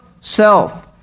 self